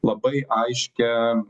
labai aiškią